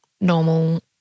normal